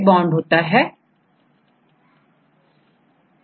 Student Cysteine छात्र Cystine इनमें से cystineमेंडाईसल्फाइड बॉन्ड होता है